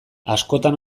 askotan